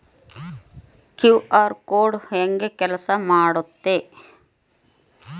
QR code ಹೆಂಗ ಕೆಲಸ ಮಾಡುತ್ತೆ?